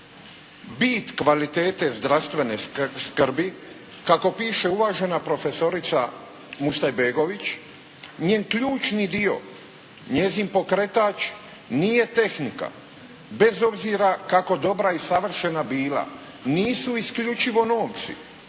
Bit kvalitete zdravstvene skrbi kako piše uvažena profesorica Mustajbegović, njen ključni dio, njezin pokretač nije tehnika, bez obzira kako dobra i savršena bila, nisu isključivo novci,